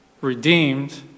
redeemed